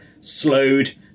slowed